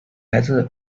来自